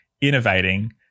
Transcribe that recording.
innovating